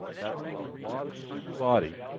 that's a lot of student body